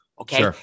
Okay